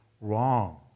wrong